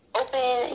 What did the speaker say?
open